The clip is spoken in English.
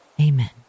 Amen